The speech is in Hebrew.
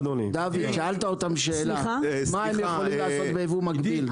שאלת אותם שאלה מה הם יכולים לעשות בייבוא מקביל.